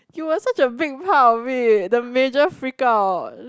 you are such a big part of it the major freak out